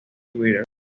twitter